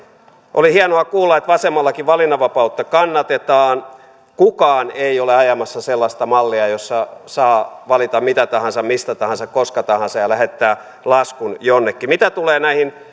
oli hienoa kuulla että vasemmallakin valinnanvapautta kannatetaan kukaan ei ole ajamassa sellaista mallia jossa saa valita mitä tahansa mistä tahansa koska tahansa ja lähettää laskun jonnekin mitä tulee näihin